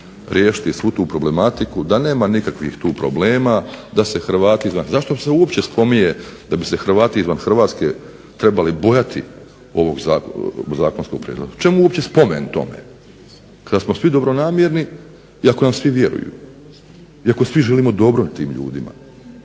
riješiti svu tu problematiku, da nema nikakvih tu problema, da se Hrvatima, zašto se uopće spominje da bi se Hrvati izvan Hrvatske trebali bojati ovog zakonskog prijedloga? Čemu uopće spomen tome? Kad smo svi dobronamjerni i ako nam svi vjeruju i ako svi želimo dobro tim ljudima.